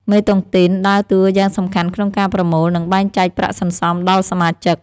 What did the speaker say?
មេតុងទីនដើរតួយ៉ាងសំខាន់ក្នុងការប្រមូល និងបែងចែកប្រាក់សន្សំដល់សមាជិក។